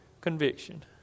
conviction